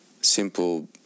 simple